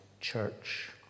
church